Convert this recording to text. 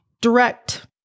direct